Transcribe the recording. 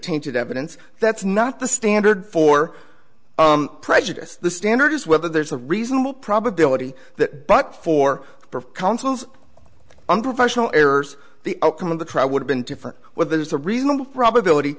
tainted evidence that's not the standard for prejudice the standard is whether there's a reasonable probability that but for counsel's unprofessional errors the outcome of the trial would have been different where there's a reasonable probability